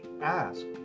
ask